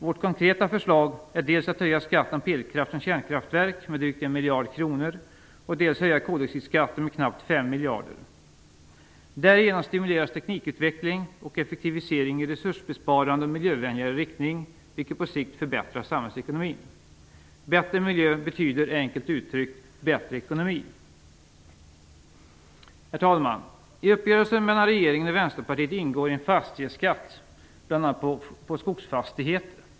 Vårt konkreta förslag är att dels höja skatten på elkraft från kärnkraftverk med drygt 1 miljard kronor, dels höja koldioxidskatten med knappt 5 miljarder. Därigenom stimuleras teknikutveckling och effektivisering i resursbesparande och miljövänligare riktning, vilket på sikt förbättrar samhällsekonomin. Bättre miljö betyder enkelt uttryckt bättre ekonomi. Herr talman! I uppgörelsen mellan regeringen och skogsfastigheter.